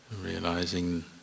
Realizing